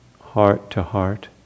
heart-to-heart